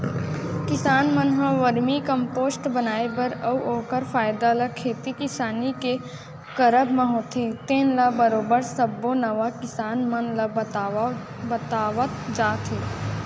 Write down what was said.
किसान मन ह वरमी कम्पोस्ट बनाए बर अउ ओखर फायदा ल खेती किसानी के करब म होथे तेन ल बरोबर सब्बो नवा किसान मन ल बतावत जात हे